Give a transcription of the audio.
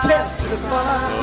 Testify